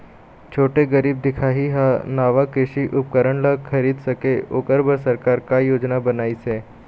छोटे गरीब दिखाही हा नावा कृषि उपकरण ला खरीद सके ओकर बर सरकार का योजना बनाइसे?